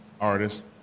artist